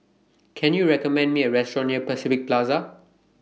Can YOU recommend Me A Restaurant near Pacific Plaza